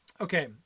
Okay